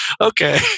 okay